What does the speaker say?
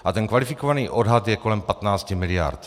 A ten kvalifikovaný odhad je kolem 15 miliard.